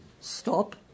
stop